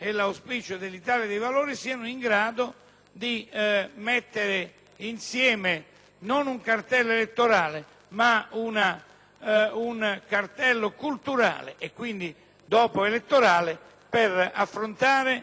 di mettere insieme, non un cartello elettorale, ma un cartello culturale e quindi elettorale, per affrontare e superare la soglia di sbarramento.